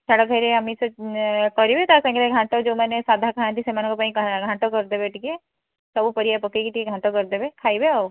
ଛାଡ଼ଖାଇରେ ଆମିଷ କରିବେ ତାସାଙ୍ଗରେ ଘାଣ୍ଟ ଯେଉଁମାନେ ସାଧା ଖାଆନ୍ତି ସେମାନଙ୍କ ପାଇଁ ଘାଣ୍ଟ କରିଦେବେ ଟିକିଏ ସବୁ ପରିବା ପକାଇକି ଟିକିଏ ଘାଣ୍ଟ କରିଦେବେ ଖାଇବେ ଆଉ